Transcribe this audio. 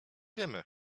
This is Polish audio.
wiemy